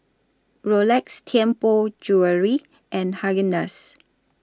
Rolex Tianpo Jewellery and Haagen Dazs